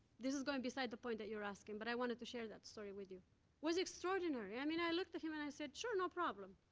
this is going beside the point that you're asking, but i wanted to share that story with you. it was extraordinary. i mean, i looked at him and i said, sure, no problem.